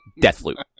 Deathloop